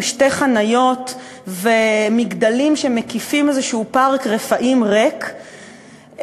שתי חניות ומגדלים שמקיפים איזשהו פארק רפאים ריק,